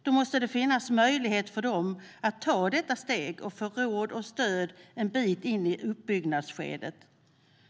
Då måste det finnas möjlighet för dem att ta det steget och få råd och stöd en bit in i uppbyggnadsskedet.